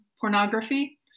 pornography